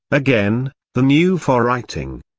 again, than you for writing.